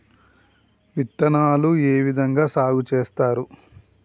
విత్తనాలు ఏ విధంగా సాగు చేస్తారు?